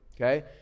Okay